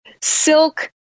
silk